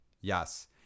Yes